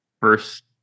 first